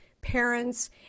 parents